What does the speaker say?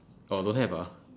oh don't have ah